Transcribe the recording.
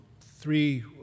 three